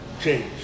change